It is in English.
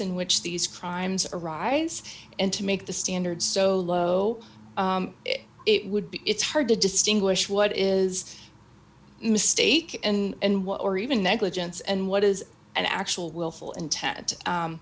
in which these crimes arise and to make the standards so low it would be it's hard to distinguish what is a mistake and what or even negligence and what is an actual willful intent